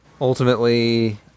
Ultimately